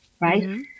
right